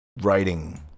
writing